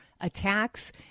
attacks